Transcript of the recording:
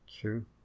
True